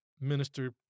minister